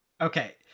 Okay